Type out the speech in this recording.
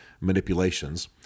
manipulations